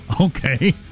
okay